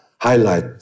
highlight